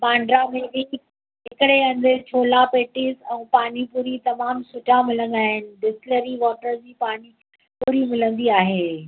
बांड्रा में हिकु हिकिड़े हंधि छोला पेटिस ऐं पानी पुरी तमामु सुठा मिलंदा आहिनि बिस्लरी वॉटर जी पानी पुरी मिलंदी आहे